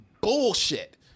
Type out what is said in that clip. bullshit